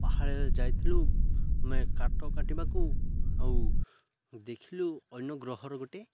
ପାହାଡ଼ ଆଡ଼େ ଯାଇଥିଲୁ ଆମେ କାଠ କାଟିବାକୁ ଆଉ ଦେଖିଲୁ ଅନ୍ୟ ଗ୍ରହର ଗୋଟେ